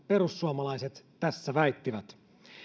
perussuomalaiset tässä väittivät